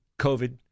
COVID